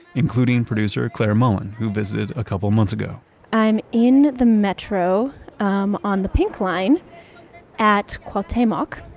including producer, claire mullen, who visited a couple months ago i'm in the metro um on the pink line at cuauhtemoc,